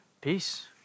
Peace